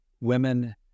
women